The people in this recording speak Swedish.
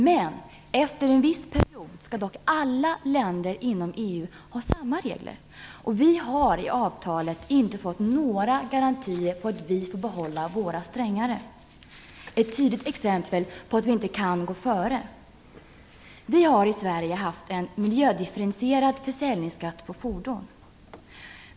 Men efter en viss period skall alla länder inom EU ha samma regler, och vi har i avtalet inte fått några garantier för att vi får behålla våra strängare regler. Det är ett tydligt exempel på att vi inte kan gå före. Vi har i Sverige haft en miljödifferentierad försäljningsskatt på fordon.